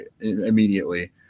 immediately